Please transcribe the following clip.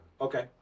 Okay